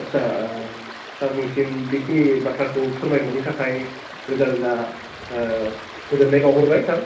आथसा ओह सारनिसिम बेखिनि बाथ्राखौ फोरमायहरनायनि थाखाय रोजा रोजा ओह गोजोन्नाय बाउहरबाय सार